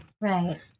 right